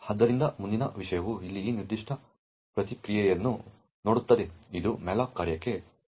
ಆದ್ದರಿಂದ ಮುಂದಿನ ವಿಷಯವು ಇಲ್ಲಿ ಈ ನಿರ್ದಿಷ್ಟ ಪ್ರತಿಕ್ರಿಯೆಯನ್ನು ನೋಡುತ್ತದೆ ಇದು malloc ಕಾರ್ಯಕ್ಕೆ ಕರೆಯಾಗಿದೆ